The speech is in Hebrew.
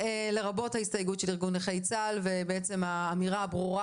לרבות ההסתייגות של ארגון נכי צה"ל והאמירה הברורה,